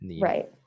Right